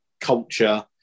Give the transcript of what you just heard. culture